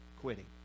quitting